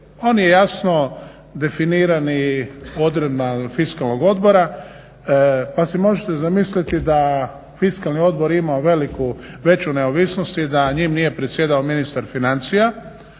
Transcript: on je jasno definiran i odredbama fiskalnog odbora pa si možete zamisliti da fiskalni odbor je imao veću neovisnost i da njim nije predsjedao ministar financija